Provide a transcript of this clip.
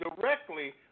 directly